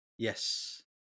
Yes